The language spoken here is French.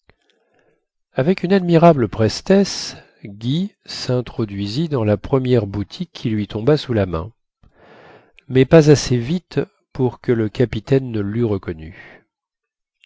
avec une admirable prestesse guy sintroduisit dans la première boutique qui lui tomba sous la main mais pas assez vite pour que le capitaine ne leût reconnu